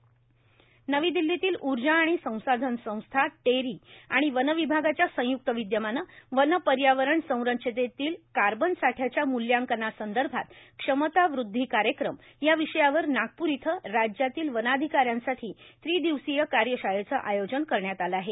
Terry वनविभाग GM नवी दिल्लीतील ऊर्जा आणि संसाधन संस्था टेरी आणि वनविभागाच्या संयुक्त विद्यमानं वन पर्यावरण संरचनेतील कार्बन साठ्याच्या मुल्यांकना संदर्भात क्षमता व्रद्धी कार्यक्रम या विषयावर नागप्रर इथं राज्यातील वनाधिकाऱ्यांसाठी त्रि दिवसीय कार्यशाळेचं आयोजन करण्यात आलं आहे